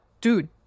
Dude